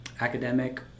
academic